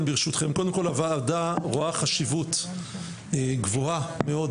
קודם כול הוועדה רואה חשיבות גבוהה מאוד